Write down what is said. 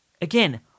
Again